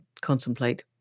contemplate